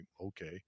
okay